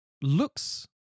looks